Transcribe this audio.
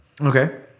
Okay